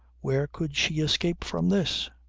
where could she escape from this?